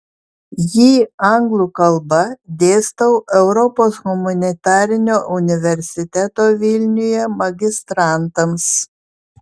jį anglų kalba dėstau europos humanitarinio universiteto vilniuje magistrantams